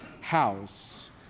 house